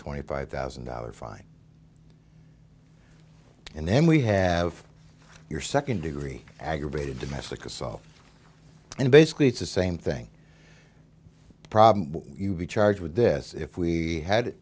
twenty five thousand dollars fine and then we have your second degree aggravated domestic assault and basically it's the same thing probably you be charged with this if we had